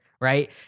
right